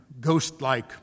ghost-like